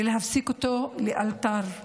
ולהפסיק אותו לאלתר.